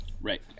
Right